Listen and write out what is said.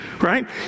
Right